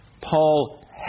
Paul